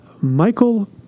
Michael